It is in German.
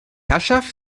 herrschaft